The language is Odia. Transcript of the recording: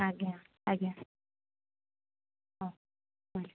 ଆଜ୍ଞା ଆଜ୍ଞା ହଁ ରହିଲି